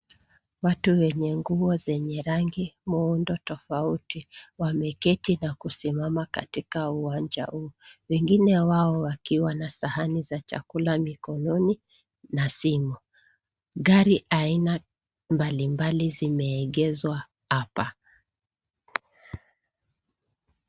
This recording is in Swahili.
Watu wenye nguo zenye rangi muundo tofauti, wameketi na kusimama katika uwanja huu. Wengine wao wakiwa na sahani za chakula mikononi na simu. Gari aina mbali mbali zimeegeshwa hapa.